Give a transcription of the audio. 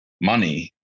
money